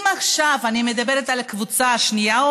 אם עכשיו אני מדברת על הקבוצה השנייה,